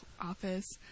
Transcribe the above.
office